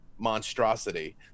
monstrosity